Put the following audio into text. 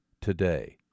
today